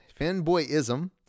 fanboyism